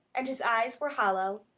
and his eyes were hollow.